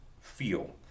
feel